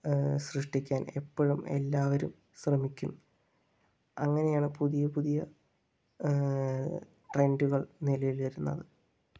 സൃഷ്ടിക്കാൻ എപ്പോഴും എല്ലാവരും ശ്രമിക്കും അങ്ങനെയാണ് പുതിയ പുതിയ ട്രെൻ്റുകൾ നിലവിൽ വരുന്നത്